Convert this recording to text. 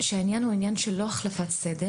העניין הוא לא העניין של החלפת סדר.